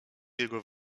jego